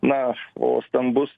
na o stambus